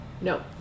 No